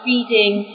Reading